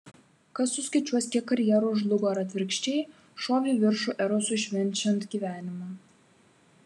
kas suskaičiuos kiek karjerų žlugo ar atvirkščiai šovė į viršų erosui švenčiant gyvenimą